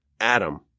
Adam